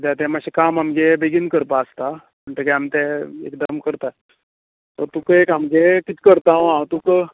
कित्याक तें काम आमगे मातशें बेगीन करपा आसता म्हणटगे आमी ते एकदम करता सो तुका एक आमगे कितें करता हांव हांव तुका